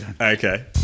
Okay